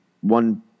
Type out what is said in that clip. one